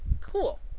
cool